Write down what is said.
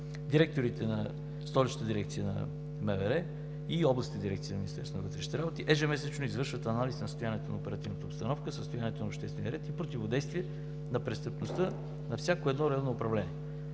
директорите на Столичната дирекция на МВР и областните дирекции на Министерството на вътрешните работи ежемесечно извършват анализ на състоянието на оперативната обстановка, състоянието на обществения ред и противодействие на престъпността на всяко едно районно управление.